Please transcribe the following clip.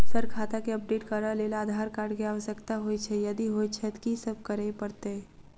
Sir खाता केँ update करऽ लेल आधार कार्ड केँ आवश्यकता होइ छैय यदि होइ छैथ की सब करैपरतैय?